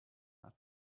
had